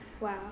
Wow